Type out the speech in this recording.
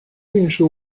运输